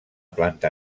planta